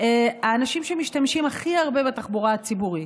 האנשים שמשתמשים הכי הרבה בתחבורה הציבורית,